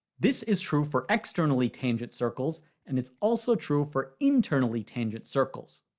this is true for externally tangent circles and it's also true for internally tangent circles.